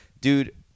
Dude